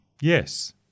Yes